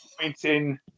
pointing